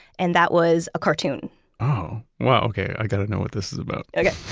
and that was a cartoon oh wow. okay. i got to know what this is about okay.